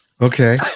Okay